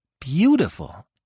beautiful